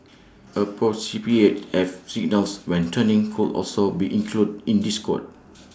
and signals when turning could also be included in this code